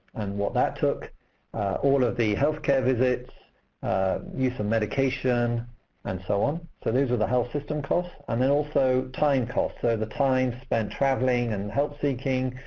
and what that took all of the health care visits use of medication and so on. so these were the health system costs. and then also time costs, so the time spent traveling and help seeking,